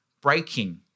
breaking